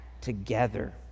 together